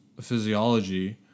physiology